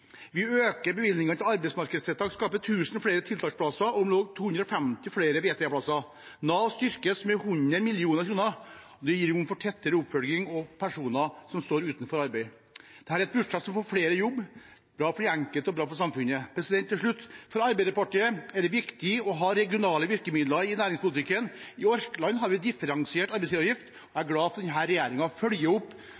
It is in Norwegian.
Vi øker bevilgningene til arbeidsmarkedstiltak, skaper 1 000 flere tiltaksplasser og om lag 250 flere VTA-plasser. Nav styrkes med 100 mill. kr. Det gir rom for tettere oppfølging av personer som står utenfor arbeidslivet. Dette er et budsjett som får flere i jobb. Det er bra for den enkelte og bra for samfunnet. Til slutt: For Arbeiderpartiet er det viktig å ha regionale virkemidler i næringspolitikken. I Orkland har vi differensiert arbeidsgiveravgift. Jeg